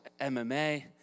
MMA